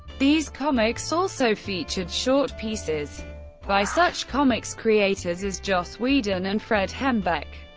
these comics also featured short pieces by such comics creators as joss whedon and fred hembeck,